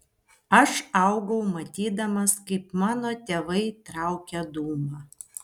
aš augau matydamas kaip mano tėvai traukia dūmą